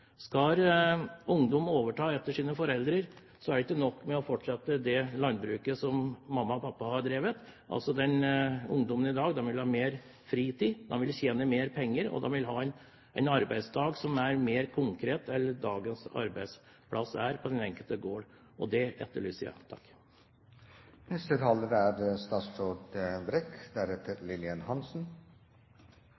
Skal ungdom overta etter sine foreldre, er det ikke nok å fortsette med det landbruket som mamma og pappa har drevet. Ungdommen i dag vil ha mer fritid, de vil tjene mer penger, og de vil ha en arbeidsdag som er mer konkret enn dagens arbeidsplass er på den enkelte gård. Det etterlyser jeg. Interpellanten spør om jeg er